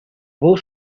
вӑл